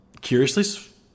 curiously